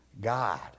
God